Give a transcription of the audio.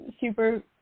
super